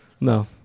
No